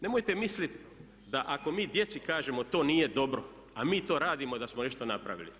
Nemojte misliti da ako mi djeci kažemo to nije dobro a mi to radimo da smo nešto napravili.